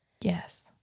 Yes